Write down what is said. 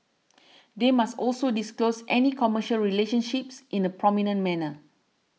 they must also disclose any commercial relationships in a prominent manner